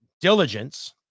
diligence